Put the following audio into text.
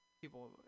people